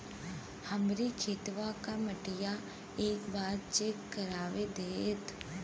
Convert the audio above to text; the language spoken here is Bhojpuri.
हमरे खेतवा क मटीया एक बार चेक करवा देत?